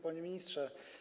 Panie Ministrze!